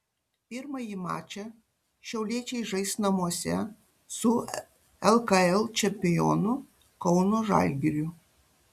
pirmąjį mačą šiauliečiai žais namuose su lkl čempionu kauno žalgiriu